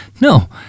No